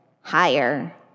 higher